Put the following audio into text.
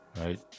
right